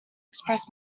express